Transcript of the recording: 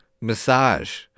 Massage